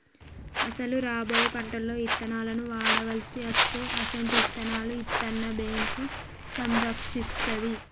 అసలు రాబోయే పంటలలో ఇత్తనాలను వాడవలసి అస్తే అసొంటి ఇత్తనాలను ఇత్తన్న బేంకు సంరక్షిస్తాది